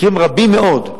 מקרים רבים מאוד,